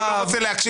הוא לא רוצה להקשיב.